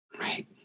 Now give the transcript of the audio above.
Right